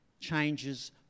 changes